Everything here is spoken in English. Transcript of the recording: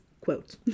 quote